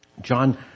John